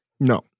No